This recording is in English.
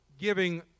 giving